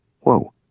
Whoa